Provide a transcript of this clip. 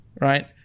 right